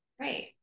right